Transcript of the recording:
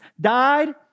died